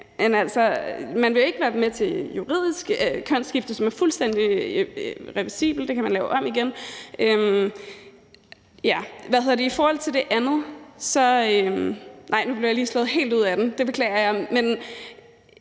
Man vil ikke være med til juridisk kønsskifte, som er fuldstændig reversibelt – det kan man lave om igen. Nu blev jeg lige slået helt ud af kurs, det beklager jeg, men